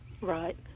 Right